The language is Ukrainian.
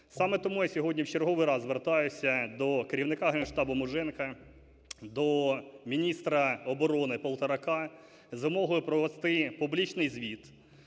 Саме тому я сьогодні в черговий раз звертаюся до керівника ГенштабуМуженка, до міністра оборони Полторака з вимогою провести публічний звіт